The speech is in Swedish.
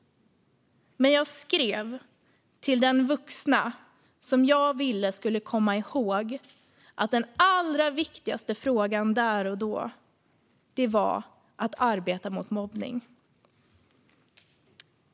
Men jag skrev till den vuxna Annika som jag ville skulle komma ihåg att den allra viktigaste frågan där och då var att arbeta mot mobbning.